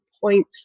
point